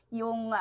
yung